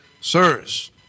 Sirs